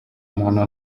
muntu